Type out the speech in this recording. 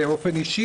באופן אישי,